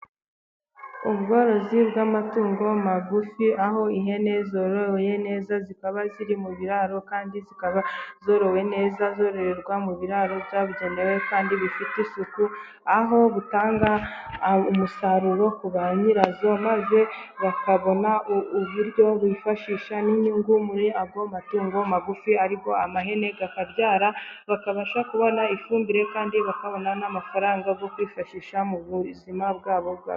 Ubworozi bw'amatungo magufi, aho ihene zorowe neza zikaba ziri mu biraro kandi zikaba zorowe neza. Zororererwa mu biraro byabugenewe, kandi bifite isuku, Aho butanga umusaruro kuri ba nyirazo, maze bakabona uburyo bifashisha n'inyungu muri ayo matungo magufi. Ariko amahene akabyara, bakabasha kubona ifumbire, kandi bakabona n'amafaranga yo kwifashisha mu buzima bwabo ...